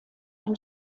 ein